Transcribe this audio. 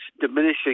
diminishing